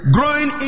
Growing